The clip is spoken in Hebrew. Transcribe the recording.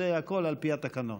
זה הכול על פי התקנון.